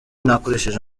nakoresheje